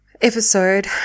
episode